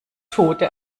tode